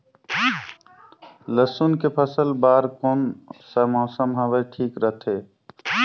लसुन के फसल बार कोन सा मौसम हवे ठीक रथे?